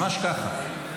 ממש כך.